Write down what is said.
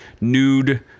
nude